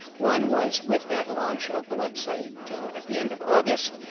one was with that launch of the website at the end of august.